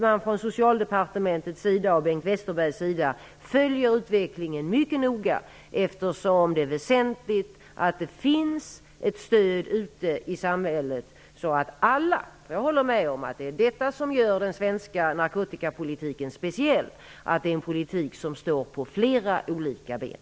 Jag vet att Socialdepartementet och Bengt Westerberg följer utvecklingen mycket noga, eftersom det är väsentligt att det finns ett stöd ute i samhället för alla. Jag håller med om att det som gör den svenska narkotikapolitiken så speciell är att den står på flera ben.